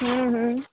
हुँ हुँ